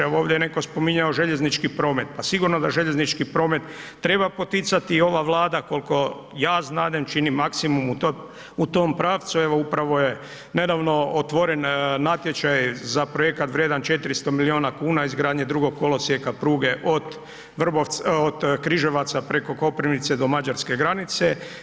Evo ovdje je netko spominjao željeznički promet, pa sigurno da željeznički promet treba poticati i ova Vlada koliko ja znadem čini maksimum u tom pravcu, evo upravo je nedavno otvoren natječaj za projekat vrijedan 400 milijuna kuna izgradnje drugog kolosijeka pruge od Križevaca preko Koprivnice do mađarske granice.